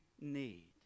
need